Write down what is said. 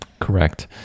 Correct